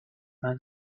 man